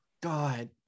God